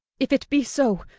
if it be so,